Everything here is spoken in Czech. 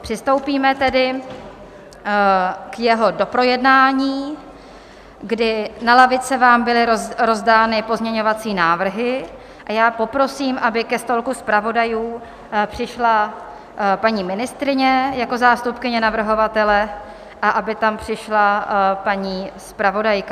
Přistoupíme tedy k jeho doprojednání, kdy na lavice vám byly rozdány pozměňovací návrhy, a já poprosím, aby ke stolku zpravodajů přišla paní ministryně jako zástupkyně navrhovatele a aby tam přišla paní zpravodajka.